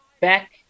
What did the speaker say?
back